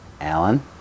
Alan